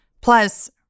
Plus